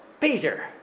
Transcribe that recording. Peter